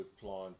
plant